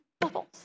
Bubbles